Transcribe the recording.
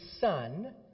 Son